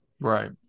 Right